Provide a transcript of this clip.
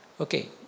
Okay